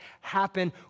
happen